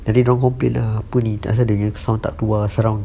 nanti dia orang complain lah ah apa ni tak ada sound tak keluar surround